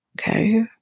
Okay